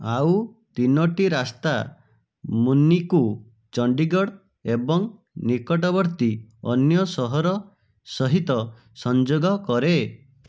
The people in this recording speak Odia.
ଆଉ ତିନୋଟି ରାସ୍ତା ମୁନିକୁ ଚଣ୍ଡିଗଡ଼୍ ଏବଂ ନିକଟବର୍ତ୍ତୀ ଅନ୍ୟ ସହର ସହିତ ସଂଯୋଗ କରେ